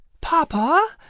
Papa